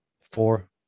Four